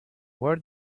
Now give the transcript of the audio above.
where